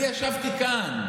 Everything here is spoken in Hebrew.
אני ישבתי כאן.